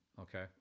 Okay